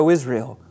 Israel